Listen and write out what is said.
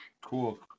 Cool